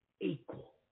Equal